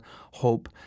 hope